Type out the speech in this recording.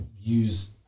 use